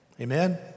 Amen